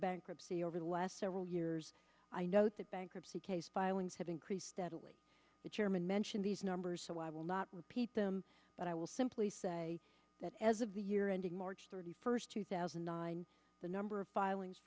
bankruptcy over the last several years i note the bankruptcy case filings have increased steadily the chairman mentioned these numbers so i will not repeat them but i will simply say that as of the year ending march thirty first two thousand and nine the number of filings